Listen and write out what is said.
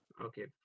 Okay